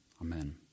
Amen